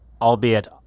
albeit